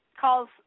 calls